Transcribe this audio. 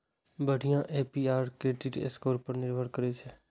बढ़िया APR credit score पर निर्भर करै छै